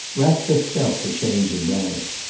ratcliffe felt the change of manner.